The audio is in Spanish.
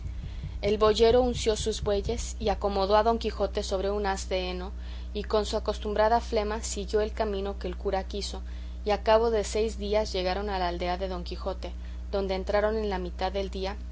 el boyero unció sus bueyes y acomodó a don quijote sobre un haz de heno y con su acostumbrada flema siguió el camino que el cura quiso y a cabo de seis días llegaron a la aldea de don quijote adonde entraron en la mitad del día